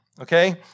okay